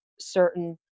certain